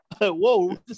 Whoa